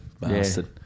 Bastard